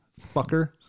fucker